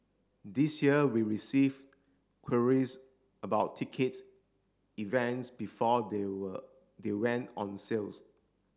this year we receive queries about tickets events before they were they went on sales